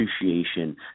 appreciation